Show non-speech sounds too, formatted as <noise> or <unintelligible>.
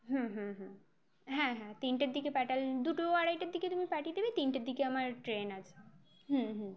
হুমম হ্যাঁ হ্যাঁ তিনটের দিকে পাঠালে <unintelligible> দুটো আড়াইটের দিকে তুমি পাঠিয়ে দেবে তিনটের দিকে আমার ট্রেন আছে হুম